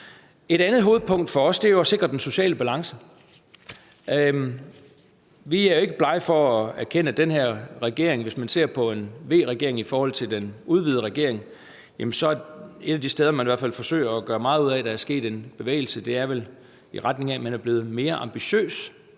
Et andet hovedpunkt for os er at sikre den sociale balance. Vi er ikke blege for at erkende, at hvis man ser på en V-regering i forhold til den udvidede regering, kan man se, at en af de ting, man i hvert fald forsøger at gøre meget ud af, og hvor der er sket en bevægelse, vel er i retning af, at man er blevet mere ambitiøs